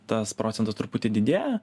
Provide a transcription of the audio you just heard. tas procentas truputį didėja